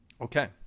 okay